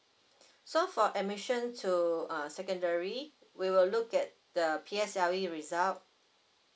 so for admission to uh secondary we will look at the P_S_L_E result